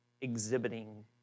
exhibiting